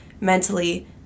mentally